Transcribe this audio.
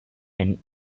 and